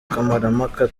kamarampaka